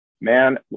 man